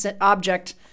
object